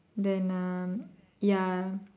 then uh ya